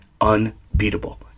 unbeatable